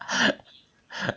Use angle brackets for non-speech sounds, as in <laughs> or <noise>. <laughs>